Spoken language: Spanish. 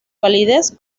validez